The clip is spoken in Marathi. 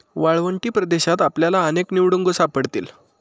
वाळवंटी प्रदेशात आपल्याला अनेक निवडुंग सापडतील